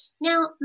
Now